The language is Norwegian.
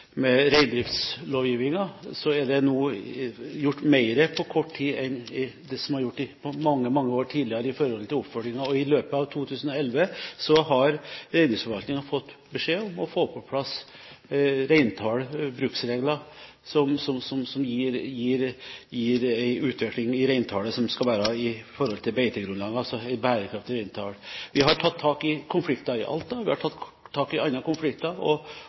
med reindriftslovgivningen, er det nå gjort mer på kort tid enn det som ble gjort i mange år tidligere med tanke på oppfølging. I løpet av 2011 har reindriftsforvaltningen fått beskjed om å få på plass reintall og bruksregler som gir en utvikling i reintallet som skal være i forhold til beitegrunnlaget – altså et bærekraftig reintall. Vi har tatt tak i konflikter i Alta, vi har tatt tak i andre konflikter